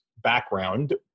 background